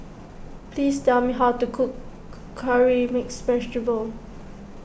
please tell me how to cook Curry Mixed Vegetable